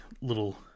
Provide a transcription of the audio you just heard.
little